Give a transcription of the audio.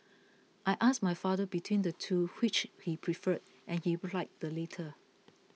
I asked my father between the two which he preferred and he replied the latter